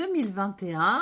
2021